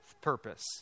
purpose